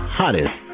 hottest